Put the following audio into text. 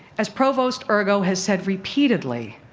as provost urgo has said repeatedly,